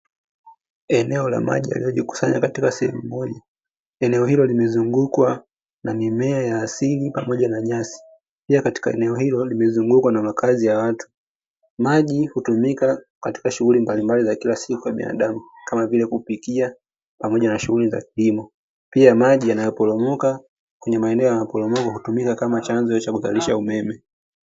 Eneo la maji yaliyojikusanya katika sehemu moja, eneo hilo limezungukwa na mimea ya asili pamoja na nyasi, pia katika eneo hilo limezungukwa na makazi ya watu. Maji hutumika katika shughuli mbalimbali za kila siku kwa binadamu, kama vile kupikia pamoja na shughuli za kilimo, pia maji yanayoporomoka kwenye maeneo ya maporomoko na kutumika kama chanzo cha kuzalisha umeme.